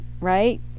right